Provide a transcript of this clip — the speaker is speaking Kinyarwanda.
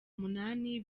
umunani